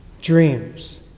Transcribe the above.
Dreams